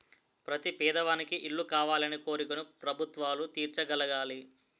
ప్రతి పేదవానికి ఇల్లు కావాలనే కోరికను ప్రభుత్వాలు తీర్చగలగాలి